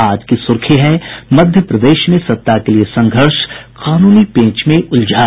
आज की सुर्खी है मध्य प्रदेश में सत्ता के लिए संघर्ष कानूनी पेंच में उलझा